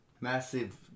Massive